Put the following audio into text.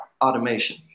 automation